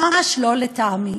ממש לא לטעמי,